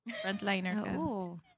Frontliner